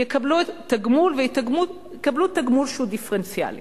ותגמול שהוא דיפרנציאלי.